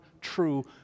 true